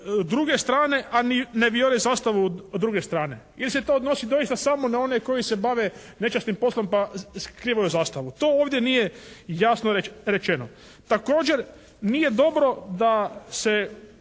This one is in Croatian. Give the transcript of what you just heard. druge strane, a ne vijore zastavu druge strane ili se to odnosi doista samo na one koji se bave nečasnim poslom pa skrivaju zastavu? To ovdje nije jasno rečeno. Također nije dobro da se